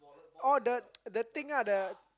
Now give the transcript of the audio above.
oh the the thing ah the